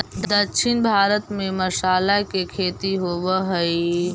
दक्षिण भारत में मसाला के खेती होवऽ हइ